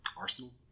arsenal